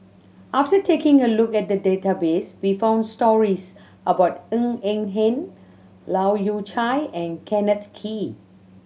after taking a look at the database we found stories about Ng Eng Hen Leu Yew Chye and Kenneth Kee